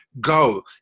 go